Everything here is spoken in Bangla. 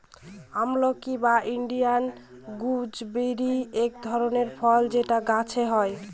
আমলকি বা ইন্ডিয়ান গুজবেরি এক ধরনের ফল যেটা গাছে হয়